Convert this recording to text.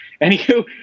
anywho